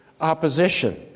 opposition